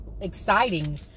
exciting